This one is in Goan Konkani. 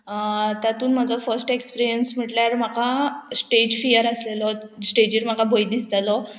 तातूंत म्हजो फर्स्ट एक्सपिरियंस म्हटल्यार म्हाका स्टेज फियर आसलेलो स्टेजीर म्हाका भंय दिसतालो